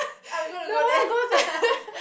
I'm gonna go there